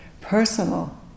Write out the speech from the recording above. personal